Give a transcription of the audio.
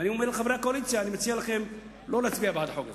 ואני אומר לחברי הקואליציה: אני מציע לכם לא להצביע בעד החוק הזה.